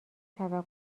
توقع